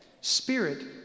Spirit